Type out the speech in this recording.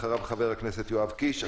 ואחריו חבר הכנסת יואב קיש.